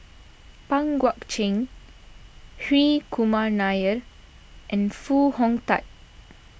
Pang Guek Cheng Hri Kumar Nair and Foo Hong Tatt